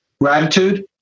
Gratitude